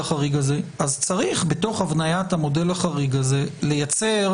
אז צריך בתוך הבניית המודל החריג הזה לייצר